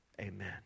amen